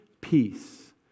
peace